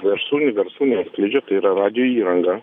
garsų garsų neskleidžia tai yra radijo įranga